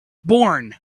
born